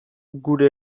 gure